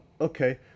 Okay